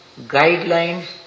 guidelines